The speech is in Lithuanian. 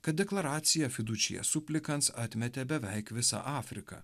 kad deklaracija fidučija suplikans atmetė beveik visą afriką